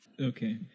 Okay